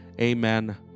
amen